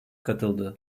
katıldı